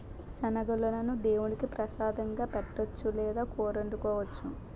శనగలను దేముడికి ప్రసాదంగా పెట్టొచ్చు లేదా కూరొండుకోవచ్చు